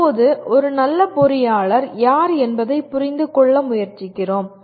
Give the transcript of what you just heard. இப்போது ஒரு நல்ல பொறியாளர் யார் என்பதைப் புரிந்துகொள்ள முயற்சிக்கிறோம்